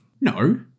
No